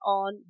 on